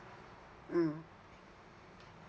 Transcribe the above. mm